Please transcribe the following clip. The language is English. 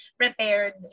prepared